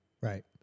Right